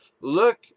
Look